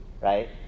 right